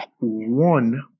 One